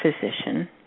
physician